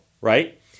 right